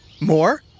More